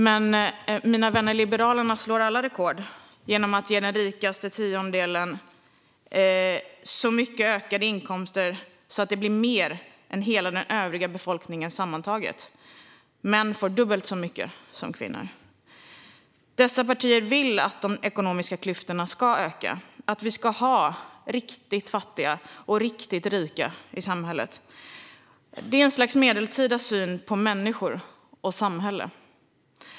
Men, mina vänner, Liberalerna slår alla rekord genom att ge den rikaste tiondelen så mycket i ökade inkomster att det blir mer än för hela den övriga befolkningen sammantaget. Män får dubbelt så mycket som kvinnor. Dessa partier vill att de ekonomiska klyftorna ska öka och att vi ska ha riktigt fattiga och riktigt rika i samhället. Det är ett slags medeltida syn på människor och samhälle.